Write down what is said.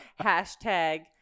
Hashtag